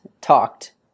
talked